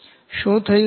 શું થયું